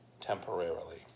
temporarily